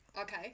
Okay